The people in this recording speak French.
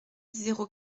zéro